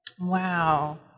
Wow